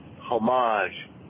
Homage